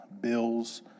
bills